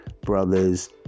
brothers